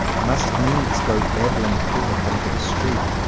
must needs go babbling forth into the street,